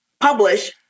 publish